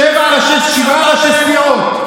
שבעה ראשי סיעות.